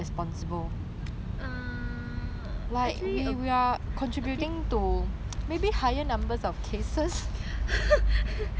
err true true so that's